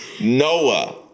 Noah